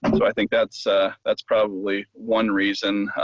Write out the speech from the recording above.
um so i think that's that's probably one reason.